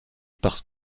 parce